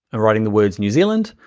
i'm writing the word, new zealand,